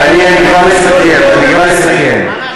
אני כבר אסכם, אני כבר אסכם.